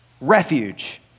Refuge